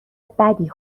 بدی